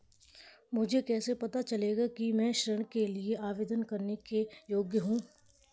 मुझे कैसे पता चलेगा कि मैं ऋण के लिए आवेदन करने के योग्य हूँ?